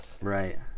Right